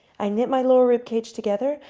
i knit my lower rib cage together,